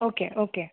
okay okay